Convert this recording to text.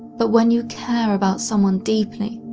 but when you care about someone deeply,